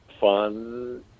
fun